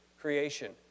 creation